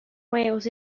whales